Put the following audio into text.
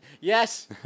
Yes